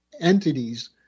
entities